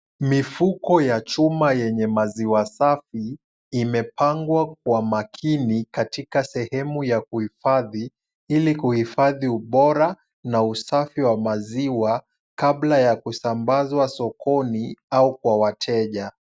Mifuko ya chuma yenye maziwa safi, imepangwa kwa makini katika sehemu ya kuhifadhi, ili kuhifadhi ubora na usafi wa maziwa, kabla ya kusambazwa sokoni au kwa wateja.